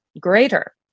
Greater